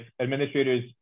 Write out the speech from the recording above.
administrators